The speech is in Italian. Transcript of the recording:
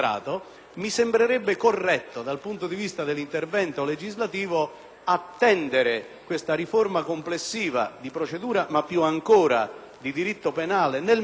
attendere questa riforma complessiva di procedura, ma più ancora di diritto penale nel merito per introdurre questo principio generale. Con questo cosa voglio dire?